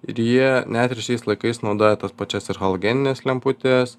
ir jie net ir šiais laikais naudoja tas pačias ir halogenines lemputes